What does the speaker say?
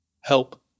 help